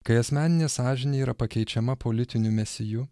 kai asmeninė sąžinė yra pakeičiama politiniu mesiju